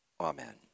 Amen